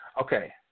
Okay